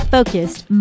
Focused